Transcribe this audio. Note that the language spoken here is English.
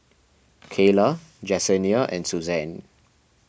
Cayla Jessenia and Suzan